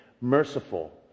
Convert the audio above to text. merciful